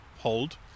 Hold